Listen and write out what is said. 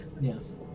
Yes